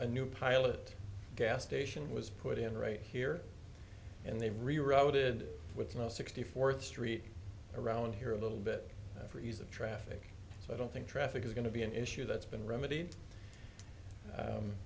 a new pilot gas station was put in right here and they rerouted with sixty fourth street around here a little bit for ease of traffic so i don't think traffic is going to be an issue that's been remed